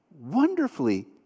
Wonderfully